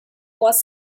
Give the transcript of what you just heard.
was